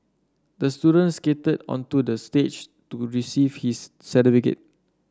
the student skated onto the stage to receive his certificate